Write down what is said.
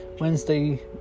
Wednesday